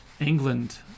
england